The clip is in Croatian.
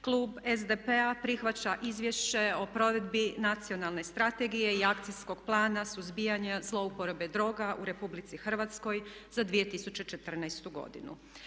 Klub SDP-a prihvaća Izvješće o provedbi Nacionalne strategije i Akcijskog plana suzbijanja zlouporabe droga u Republici Hrvatskoj za 2014. godinu.